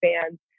fans